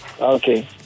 Okay